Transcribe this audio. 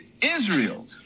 Israel